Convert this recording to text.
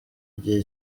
igihe